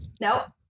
Nope